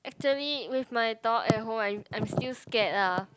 actually with my dog at home I'm I'm still scared lah